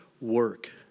work